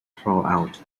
throughout